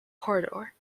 corridor